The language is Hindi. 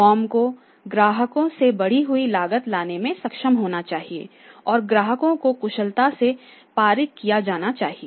फर्म को ग्राहकों से बढ़ी हुई लागत लाने में सक्षम होना चाहिए और ग्राहकों को कुशलता से पारित किया जाना चाहिए